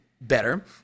better